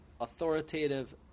Authoritative